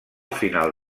final